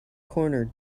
corner